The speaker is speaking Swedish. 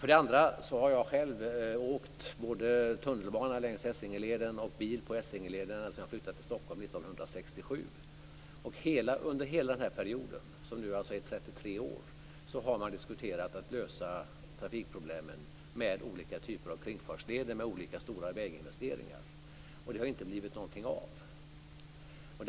Jag har själv åkt både tunnelbana längs Essingeleden och bil på Essingeleden ända sedan jag flyttade till Stockholm år 1967. Under hela denna period, som nu är 33 år, har man diskuterat att lösa trafikproblemen med olika typer av kringfartsleder med olika stora väginvesteringar. Det har inte blivit någonting av det.